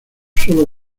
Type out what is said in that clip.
solo